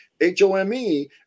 H-O-M-E